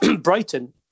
Brighton